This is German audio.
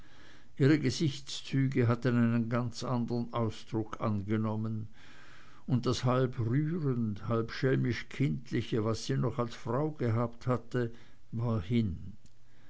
ihre gesichtszüge hatten einen ganz anderen ausdruck angenommen und das halb rührend halb schelmisch kindliche was sie noch als frau gehabt hatte war hin